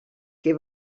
que